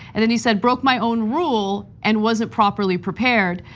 and then he said, broke my own rule, and wasn't properly prepared.